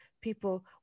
people